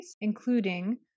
including